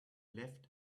left